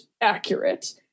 accurate